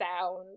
sound